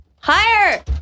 Higher